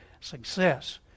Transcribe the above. success